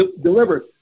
delivered